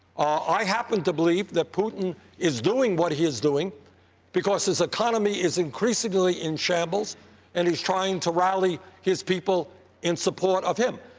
i happen to believe that putin is doing what he is doing because his economy is increasingly in shambles and he's trying to rally his people in support of him.